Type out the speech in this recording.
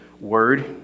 Word